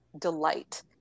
delight